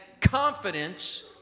confidence